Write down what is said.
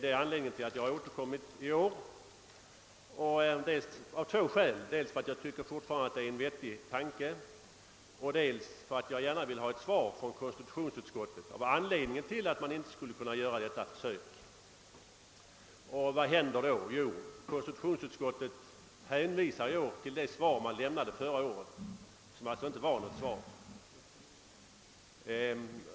Det är två skäl som gör att jag i år återkommit. Dels tycker jag fortfarande att tanken om ett manuskriptförbud är vettig, dels vill jag gärna ha ett svar från konstitutionsutskottet om anledningen till att riksdagen inte skulle kunna göra detta försök. Vad händer då? Jo, konstitutionsutskottet hänvisar i år till det svar det lämnade förra året, vilket egentligen inte var något svar.